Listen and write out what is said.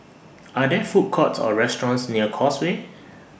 Are There Food Courts Or restaurants near Causeway